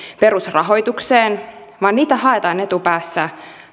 perusrahoitukseen vaan niitä haetaan etupäässä